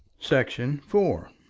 section four